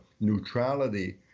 neutrality